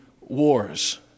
wars